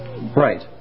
Right